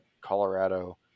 colorado